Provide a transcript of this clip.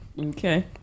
okay